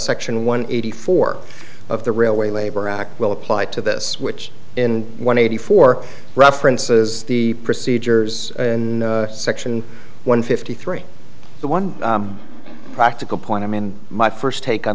section one eighty four of the railway labor act will apply to this which in one eighty four references the procedures in section one fifty three the one practical point to me and my first take on